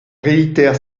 réitère